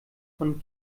von